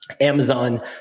Amazon